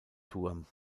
turm